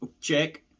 check